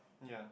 ya